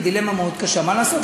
בדילמה קשה מה לעשות,